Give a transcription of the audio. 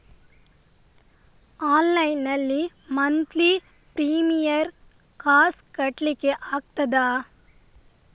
Online ನಲ್ಲಿ monthly premier ಕಾಸ್ ಕಟ್ಲಿಕ್ಕೆ ಆಗ್ತದಾ?